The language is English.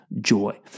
joy